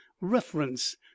reference